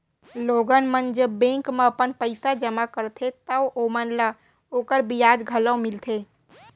लोगन मन जब बेंक म अपन पइसा जमा करथे तव ओमन ल ओकर बियाज घलौ मिलथे